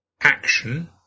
action